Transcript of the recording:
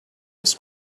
his